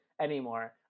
anymore